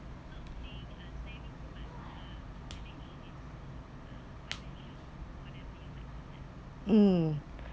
um